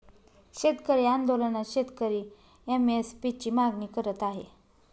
शेतकरी आंदोलनात शेतकरी एम.एस.पी ची मागणी करत आहे